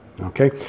okay